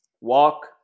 Walk